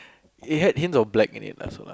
it had hints of black in it lah so